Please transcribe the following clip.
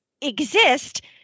exist